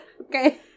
Okay